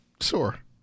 Sure